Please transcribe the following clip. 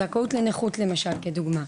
הזכאות לנכות למשל כדוגמה,